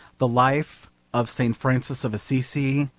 the life of st. francis of assisi,